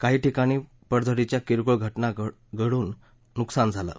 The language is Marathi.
काही ठिकाणी पडझडीच्या किरकोळ घटना घडून नुकसान झालय